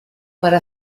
para